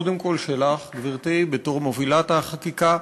קודם כול שלך, גברתי, בתור מובילת החקיקה,